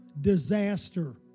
disaster